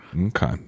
Okay